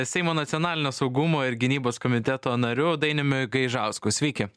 seimo nacionalinio saugumo ir gynybos komiteto nariu dainiumi gaižausku sveiki